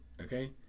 Okay